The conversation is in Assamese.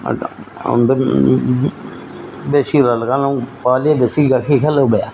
কাৰণ পোৱালীয়ে বেছি গাখীৰ খালে